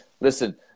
Listen